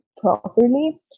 properly